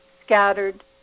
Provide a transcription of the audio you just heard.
Scattered